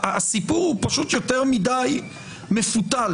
הסיפור הוא פשוט יותר מדי מפותל